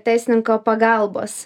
teisininko pagalbos